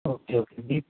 okay okay